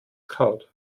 kaut